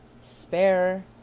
spare